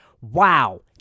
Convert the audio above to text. Wow